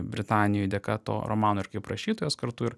britanijoj dėka to romano ir kaip rašytojas kartu ir